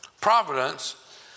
Providence